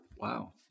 Wow